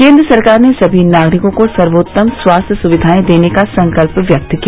केन्द्र सरकार ने सभी नागरिकों को सर्वोत्तम स्वास्थ्य सुविधाएं देने का संकल्प व्यक्त किया